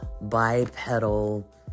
bipedal